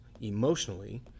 emotionally